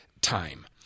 time